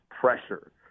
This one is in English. pressure